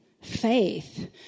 faith